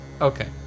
Okay